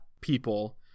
people